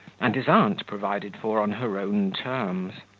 and his aunt provided for on her own terms.